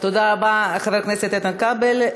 תודה רבה, חבר הכנסת איתן כבל.